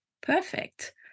perfect